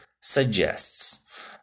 suggests